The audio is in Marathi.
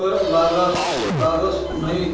कर लागस न्हयी